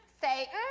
Satan